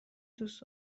دوست